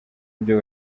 ibyo